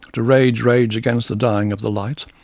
to rage, rage against the dying of the light.